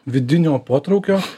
vidinio potraukio